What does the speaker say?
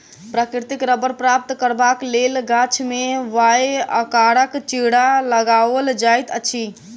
प्राकृतिक रबड़ प्राप्त करबाक लेल गाछ मे वाए आकारक चिड़ा लगाओल जाइत अछि